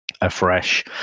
afresh